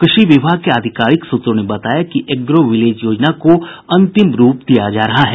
कृषि विभाग के आधिकारिक सूत्रों ने बताया कि एग्रो विलेज योजना को अंतिम रूप दियाजा रहा है